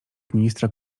ministra